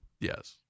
Yes